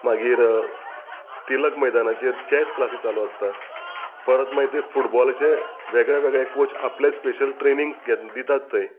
मागीर तिलक मैदानाचेर चॅस क्लासी चालू आसता परत मागीर ते फुटबॉलाचे वेगळेवेगळे कोच आपले स्पेशल ट्रेनींग्स घेत दितात थंय